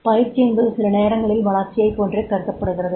பயிற்சி என்பது சில நேரங்களில் வளர்ச்சியைப் போன்றே கருதபப்டுகிறது